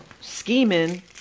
scheming